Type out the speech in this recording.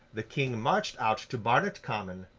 the king marched out to barnet common,